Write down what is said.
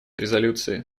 резолюции